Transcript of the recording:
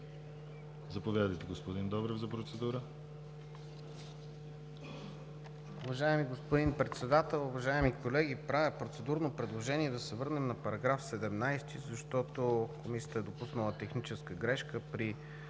Заповядайте, господин Добрев, за процедура.